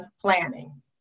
planning